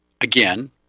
again